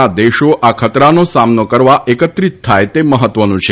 ના દેશો આ ખતરાનો સામનો કરવા એકત્રિત થાય તે મહત્વનું છે